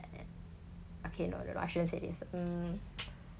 okay not the um